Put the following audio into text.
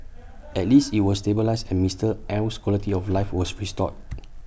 at least IT was stabilised and Mister L's quality of life was restored